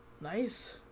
nice